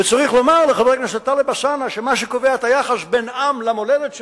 וצריך לומר לחבר הכנסת טלב אלסאנע שמה שקובע את היחס בין עם למולדת שלו,